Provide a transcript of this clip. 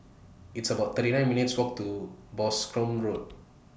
It's about thirty nine minutes' Walk to Boscombe Road